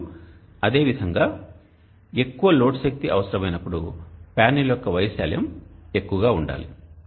మరియు అదేవిధంగా ఎక్కువ లోడ్ శక్తి అవసరమైనప్పుడు ప్యానెల్ యొక్క వైశాల్యం ఎక్కువగా ఉండాలి